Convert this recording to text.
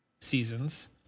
seasons